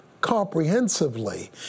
comprehensively